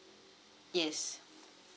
yes